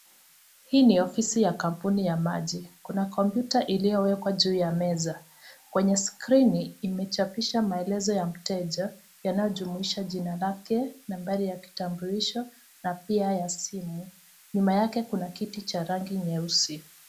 Hii ni ofisi ya kampuni ya maji, kuna kompyuta iliyowekwa juu ya meza, kwenye skrini imechapishwa maelezo ya mteja, yanayojumuisha jina la mteja, nambari ya kitambulisho na pia ya simu. Nyuma yake kuna kiti cha rangi nyeusi.